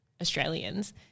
Australians